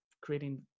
creating